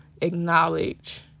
acknowledge